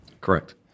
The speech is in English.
Correct